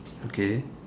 okay